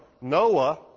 Noah